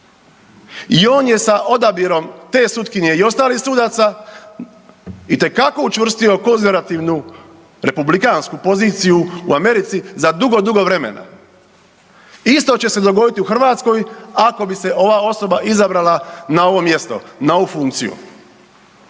i on je sa odabirom te sutkinje i ostalih sudaca itekako učvrstio konzervativnu republikansku poziciju u Americi za dugo, dugo vremena. Isto će se dogoditi u Hrvatskoj ako bi se ova osoba izabrala na ovo mjesto, na ovu funkciju.